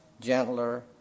gentler